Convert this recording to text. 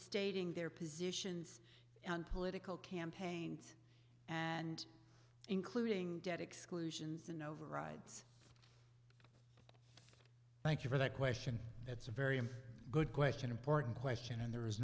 stating their positions on political campaigns and including debt exclusions and overrides thank you for that question it's a very good question important question and there